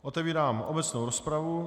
Otevírám obecnou rozpravu.